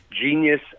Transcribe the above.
genius